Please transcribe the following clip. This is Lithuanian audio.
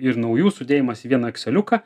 ir naujų sudėjimas į vieną ekseliuką